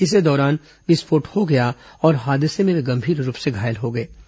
इसी दौरान विस्फोट हो गया और हादसे में वे गंभीर रूप से घायल हो गए थे